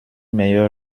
meilleure